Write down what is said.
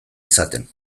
izaten